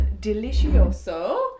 delicioso